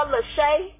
Lachey